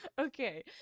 Okay